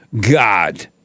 god